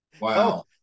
Wow